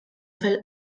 fil